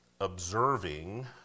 observing